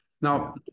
Now